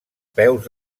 peus